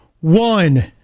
one